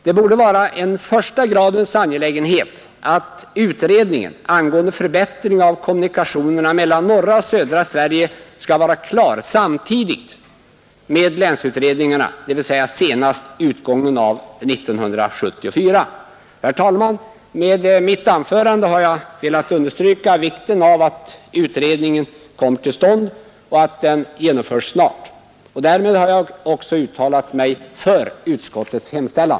Det borde vara en första gradens angelägenhet att utredningen angående förbättringen av kommunikationerna mellan norra och södra Sverige är klar samtidigt med länsutredningarna, dvs. senast vid utgången av 1974. Herr talman! Med mitt anförande har jag velat understryka vikten av att utredningen kommer till stånd och att den genomförs snart. Därmed har jag också uttalat mig för utskottets hemställan.